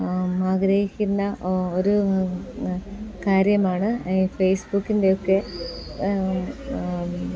ആഗ്രഹിക്കുന്ന ഒരു കാര്യമാണ് ഫേസ്ബുക്കിൻ്റെയൊക്കെ